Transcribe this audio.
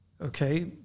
okay